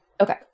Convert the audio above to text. Okay